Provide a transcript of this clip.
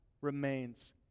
remains